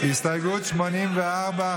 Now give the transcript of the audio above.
הסתייגות 84,